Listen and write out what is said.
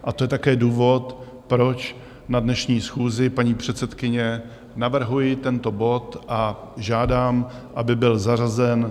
A to je také důvod, proč na dnešní schůzi, paní předsedkyně, navrhuji tento bod a žádám, aby byl zařazen.